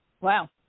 Wow